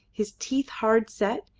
his teeth hard set,